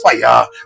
fire